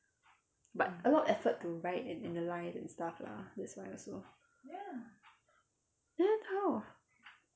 but a lot of effort to write and analyse and stuff lah that's why also then how